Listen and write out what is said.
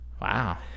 Wow